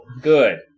Good